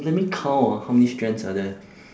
let me count ah how many strands are there